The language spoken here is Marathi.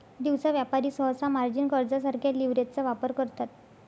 दिवसा व्यापारी सहसा मार्जिन कर्जासारख्या लीव्हरेजचा वापर करतात